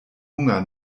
hunger